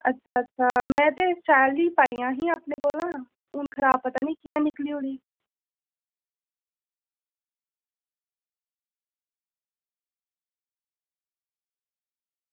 में ते शैल ही पाइयां हियां अपने कोलूं हून खराब पता निं कि'यां निकलियां